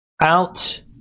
out